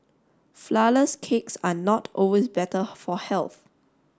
Flourless cakes are not always better for health